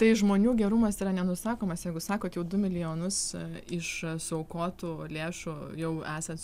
tai žmonių gerumas yra nenusakomas jeigu sakot jau du milijonus iš suaukotų lėšų jau esant